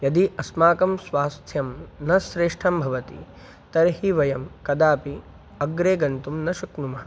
यदि अस्माकं स्वास्थ्यं न श्रेष्ठं भवति तर्हि वयं कदापि अग्रे गन्तुं न शक्नुमः